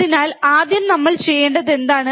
അതിനാൽ നമ്മൾ ആദ്യം ചെയ്യേണ്ടത് എന്താണ്